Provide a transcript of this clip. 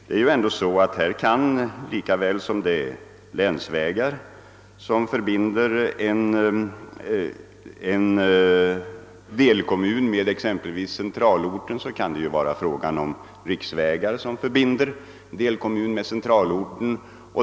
Lika väl som det kan röra sig om länsvägar som förbinder en delkommun med exempelvis centralorten, kan det vara fråga om riksvägar som förbinder delkommunen med centralorten.